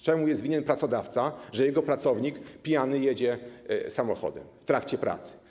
Co jest winien pracodawca, że jego pracownik pijany jedzie samochodem w trakcie pracy?